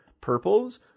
purples